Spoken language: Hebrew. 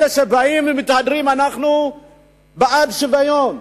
אלה שבאים ומתהדרים: אנחנו בעד שוויון,